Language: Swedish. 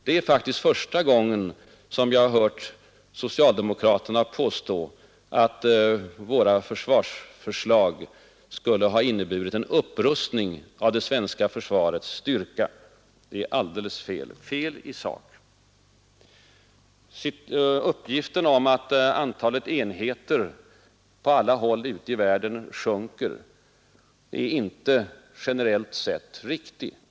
Det är faktiskt första gången som jag hört socialdemokraterna påstå att våra försvarsförslag skulle ha medfört en upprustning av det svenska försvaret. Uppgiften om att antalet enheter på alla håll ute i världen sjunker är inte riktig, generellt sett.